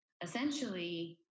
essentially